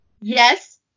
Yes